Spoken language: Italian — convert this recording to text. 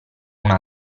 una